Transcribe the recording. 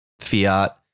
fiat